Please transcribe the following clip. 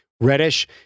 reddish